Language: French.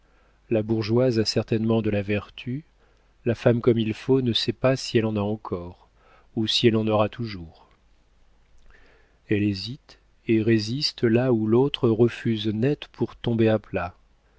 la bourgeoise a certainement de la vertu la femme comme il faut ne sait pas si elle en a encore ou si elle en aura toujours elle hésite et résiste là où l'autre refuse net pour tomber à plat